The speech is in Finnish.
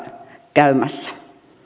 käymässä